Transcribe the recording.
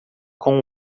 com